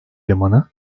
limanı